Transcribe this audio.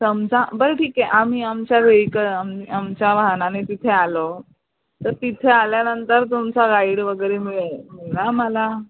समजा बरं ठीक आहे आम्ही आमच्या वेळीक आ आमच्या वाहनाने तिथे आलो तर तिथे आल्यानंतर तुमचा गाईड वगैरे मिळेल ना आम्हाला